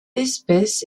espèce